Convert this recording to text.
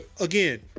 again